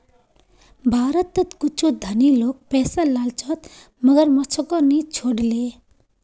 भारतत कुछू धनी लोग पैसार लालचत मगरमच्छको नि छोड ले